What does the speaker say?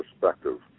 perspective